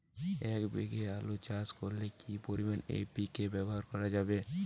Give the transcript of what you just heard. এক বিঘে আলু চাষ করলে কি পরিমাণ এন.পি.কে ব্যবহার করা যাবে?